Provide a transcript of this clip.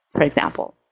for example.